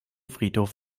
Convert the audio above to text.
friedhof